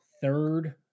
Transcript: third